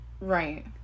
right